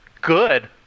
good